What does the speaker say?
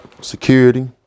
Security